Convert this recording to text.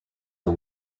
are